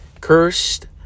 cursed